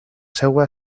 seua